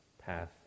path